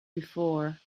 before